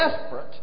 desperate